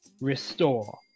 Restore